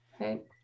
right